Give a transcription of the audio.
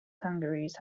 kangaroos